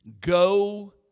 go